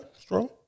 strong